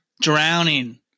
Drowning